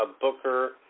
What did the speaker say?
booker